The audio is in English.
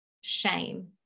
shame